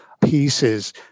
pieces